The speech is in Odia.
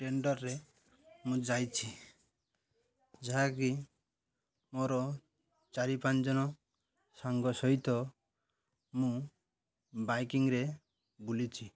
ଟେଣ୍ଡରରେ ମୁଁ ଯାଇଛି ଯାହାକି ମୋର ଚାରି ପାଞ୍ଚଜଣ ସାଙ୍ଗ ସହିତ ମୁଁ ବାଇକିଂରେ ବୁଲିଛି